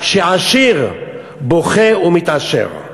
שעשיר בוכה ומתעשר.